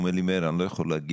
הוא אמר לי שהוא לא יוכל להגיע,